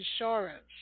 insurance